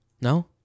No